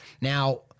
Now